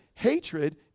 Hatred